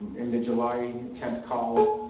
um in the july ten call,